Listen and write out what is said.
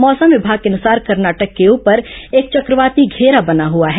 मौसम विभाग के अनुसार कर्नाटक के ऊपर एक चक्रवाती घेरा बना हुआ है